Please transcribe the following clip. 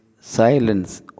silence